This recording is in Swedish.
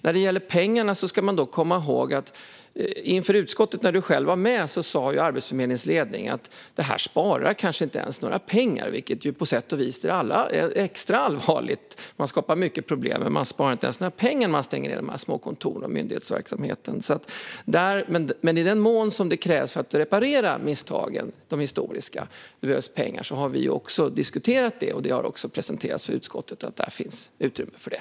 När det gäller pengarna ska man dock komma ihåg att inför utskottet, där du själv var med, sa Arbetsförmedlingens ledning att det här kanske inte ens sparar några pengar, vilket på sätt och vis är extra allvarligt. Man skapar mycket problem, men man sparar inte ens några pengar när man stänger de här små kontoren och myndighetsverksamheten. I den mån som det krävs pengar för att reparera de historiska misstagen har vi också diskuterat det, och det har också presenterats för utskottet att utrymme finns för det.